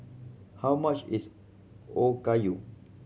how much is Okayu